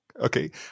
Okay